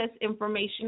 information